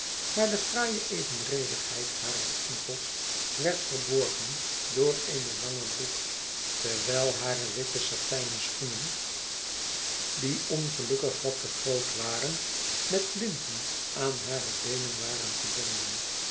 maar de fraaie evenredigheid hare enkels werd verborgen door eene lange broek terwijl hare witte satijnen schoenen die ongelukkig wat te groot waren met linten aan hare beenen waren gebonden